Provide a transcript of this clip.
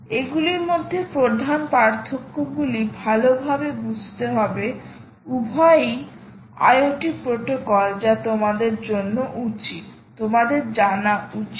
এগুলির মধ্যে প্রধান পার্থক্যগুলি ভালভাবে বুঝতে হবে উভয়ই আইওটি প্রোটোকল যা তোমাদের জানা উচিত